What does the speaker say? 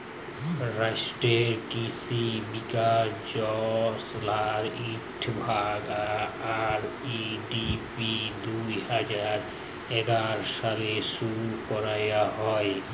রাষ্ট্রীয় কিসি বিকাশ যজলার ইকট ভাগ, আর.এ.ডি.পি দু হাজার এগার সালে শুরু ক্যরা হ্যয়